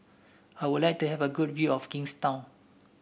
I would like to have a good view of Kingstown